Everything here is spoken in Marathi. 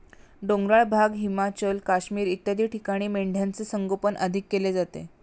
डोंगराळ भाग, हिमाचल, काश्मीर इत्यादी ठिकाणी मेंढ्यांचे संगोपन अधिक केले जाते